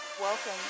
Welcome